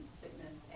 sickness